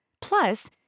Plus